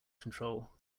control